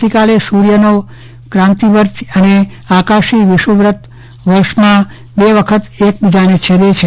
આવતીકાલે સૂર્યનો ક્રાંતિ વર્ત અને આકાશી વિષુવવૃત વર્ષમાં બે વખત એકબીજાને છેદે છે